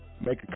make